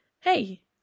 hey